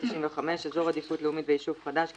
"אזור עדיפות לאומית" ו"ישוב חדש"